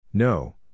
No